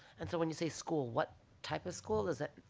and so when you say school, what type of school is it?